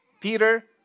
Peter